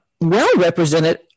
well-represented